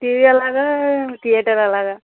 TV అలగ్ theatre అలగ్